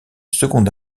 second